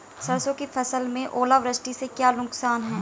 सरसों की फसल में ओलावृष्टि से क्या नुकसान है?